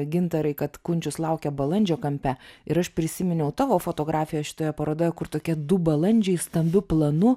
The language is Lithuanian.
gintarai kad kunčius laukia balandžio kampe ir aš prisiminiau tavo fotografiją šitoje parodoje kur tokie du balandžiai stambiu planu